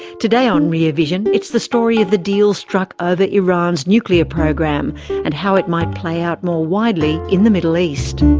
today on rear vision, it's the story of the deal struck ah over iran's nuclear program and how it might play out more widely in the middle east.